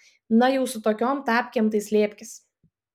na jau su tokiom tapkėm tai slėpkis